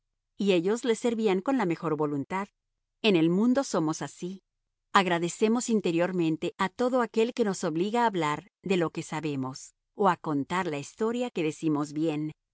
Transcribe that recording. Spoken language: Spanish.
y ellos le servían con la mejor voluntad en el mundo somos así agradecemos interiormente a todo aquel que nos obliga a hablar de lo que sabemos o a contar la historia que decimos bien